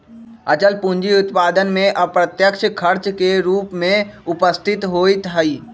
अचल पूंजी उत्पादन में अप्रत्यक्ष खर्च के रूप में उपस्थित होइत हइ